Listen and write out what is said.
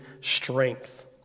strength